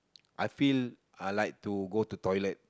I feel I like to go to toilet